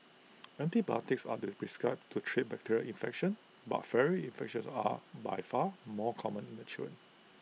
antibiotics are prescribed to treat bacterial infections but viral infections are by far more common in the